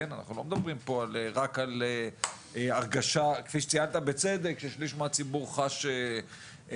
אנחנו לא מדברים רק על הרגשה של שליש מהציבור שחש תסמינים.